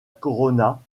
corona